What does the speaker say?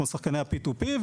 כמו שחקני ה-P2P,